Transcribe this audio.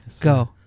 Go